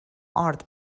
آرد